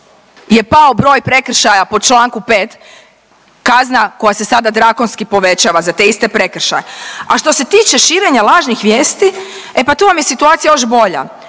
je pao broj prekršaja po Članku 5. kazna koja se sada drakonski povećava za te iste prekršaja. A što se tiče širenja lažnih vijesti, e pa tu vam je situacija još bolja.